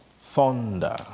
thunder